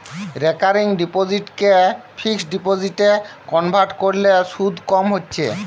recurring ডিপোসিটকে fixed ডিপোজিটে convert কোরলে শুধ কম হচ্ছে